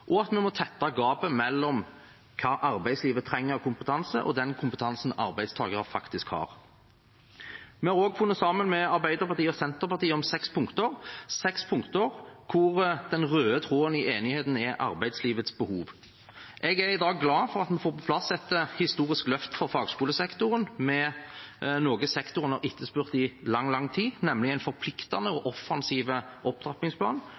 og at vi må tette gapet mellom hva arbeidslivet trenger av kompetanse, og den kompetansen arbeidstakere faktisk har. Vi har også funnet sammen med Arbeiderpartiet og Senterpartiet om seks punkter der den røde tråden i enigheten er arbeidslivets behov. Jeg er i dag glad for at vi får på plass et historisk løft for fagskolesektoren, med noe sektoren har etterspurt i lang tid, nemlig en forpliktende og offensiv opptrappingsplan